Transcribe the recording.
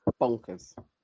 bonkers